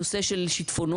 נושא של שיטפונות,